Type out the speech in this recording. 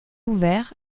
ouvert